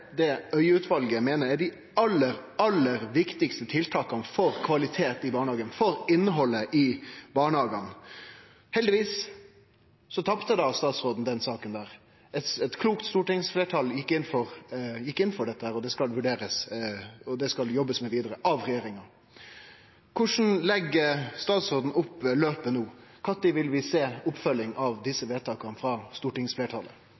det Øie-utvalet meiner er dei aller, aller viktigaste tiltaka for kvaliteten og innhaldet i barnehagane. Heldigvis tapte statsråden denne saka. Eit klokt stortingsfleirtal gjekk inn for dette. Det skal vurderast, og det skal jobbast vidare med av regjeringa. Korleis legg statsråden opp løpet no? Kva tid vil vi sjå oppfølginga av vedtaka til stortingsfleirtalet?